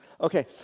Okay